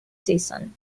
season